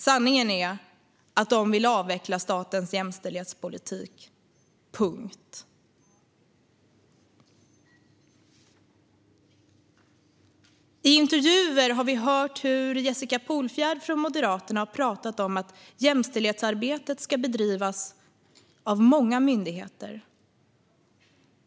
Sanningen är att de vill avveckla statens jämställdhetspolitik - punkt. I intervjuer har vi hört hur Jessica Polfjärd från Moderaterna har talat om att jämställdhetsarbetet ska bedrivas av många myndigheter.